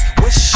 wish